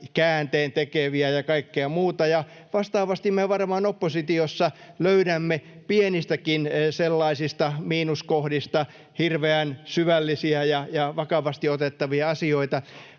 käänteentekeviä ja kaikkea muuta, ja vastaavasti me varmaan oppositiossa löydämme sellaisista pienistäkin miinuskohdista hirveän syvällisiä ja vakavasti otettavia asioita.